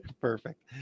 Perfect